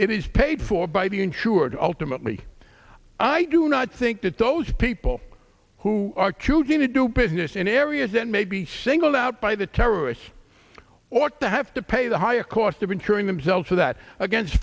it is paid for by the insured ultimately i do not think that those people who are cute going to do business in areas that may be shingled out by the terrorists ought to have to pay the higher cost of insuring themselves so that against